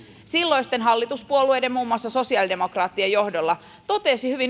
silloisten hallituspuolueiden muun muassa sosiaalidemokraattien johdolla totesi hyvin